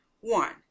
One